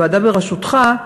הוועדה בראשותך,